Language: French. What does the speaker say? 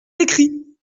d’écrit